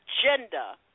agenda